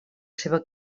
seva